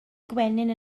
gwenyn